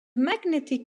magnetic